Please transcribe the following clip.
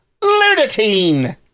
Lunatine